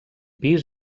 pis